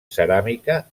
ceràmica